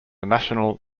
national